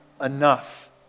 enough